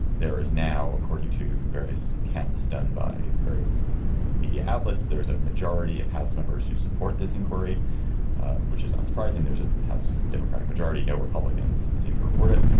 there is now according to various counts done by various media outlets. there is a majority of house members who support this inquiry which is not surprising there's a house democratic majority no republicans seem to report it.